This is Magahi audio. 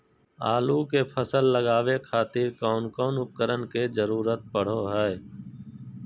आलू के फसल लगावे खातिर कौन कौन उपकरण के जरूरत पढ़ो हाय?